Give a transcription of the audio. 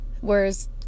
Whereas